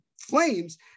Flames